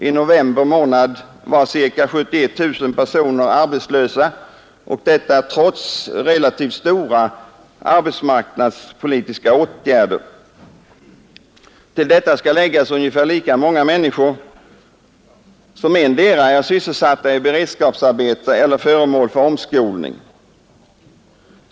I november månad var ca 71 000 personer arbetslösa trots relativt omfattande arbetsmarknadspolitiska åtgärder. Till detta skall läggas ungefär lika många människor som endera är sysselsatta i beredskapsarbete eller är föremål för omskolning.